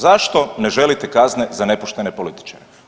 Zašto ne želite kazne za nepoštene političare?